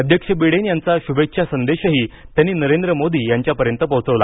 अध्यक्ष बिडेन यांचा शुभेच्छा संदेशही त्यांनी नरेंद्र मोदी यांच्यापर्यंत पोचवला